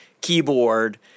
keyboard